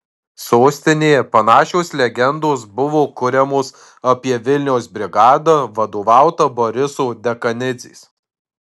sostinėje panašios legendos buvo kuriamos apie vilniaus brigadą vadovautą boriso dekanidzės